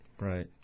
Right